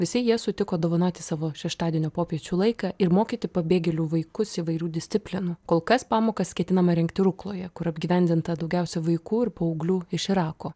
visi jie sutiko dovanoti savo šeštadienio popiečių laiką ir mokyti pabėgėlių vaikus įvairių disciplinų kol kas pamokas ketinama rengti rukloje kur apgyvendinta daugiausiai vaikų ir paauglių iš irako